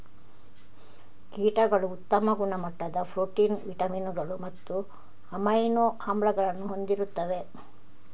ಕೀಟಗಳು ಉತ್ತಮ ಗುಣಮಟ್ಟದ ಪ್ರೋಟೀನ್, ವಿಟಮಿನುಗಳು ಮತ್ತು ಅಮೈನೋ ಆಮ್ಲಗಳನ್ನು ಹೊಂದಿರುತ್ತವೆ